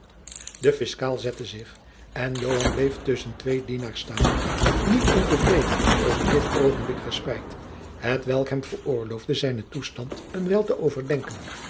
de fiscaal zette zich en joan bleef tusschen twee dienaars staan niet ontevrede over dit oogenblik respijt hetwelk hem veroorloofde zijnen toestand een wijl te overdenken